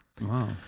Wow